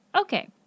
Okay